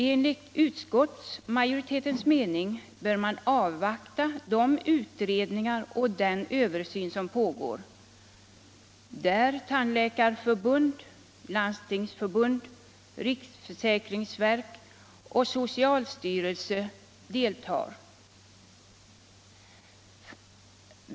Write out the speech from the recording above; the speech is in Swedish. Enligt utskottsmajoritetens mening bör man avvakta de utredningar och den översyn som pågår. där Tandläkarförbundet,. Landsungsförbundet. riksförsäkringsverket och socialstyrelsen delhar.